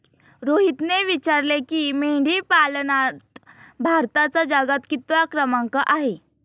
रोहितने विचारले की, मेंढीपालनात भारताचा जगात कितवा क्रमांक आहे?